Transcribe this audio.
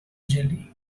jelly